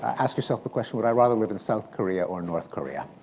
ask yourself the question, would i rather live in south korea or north korea.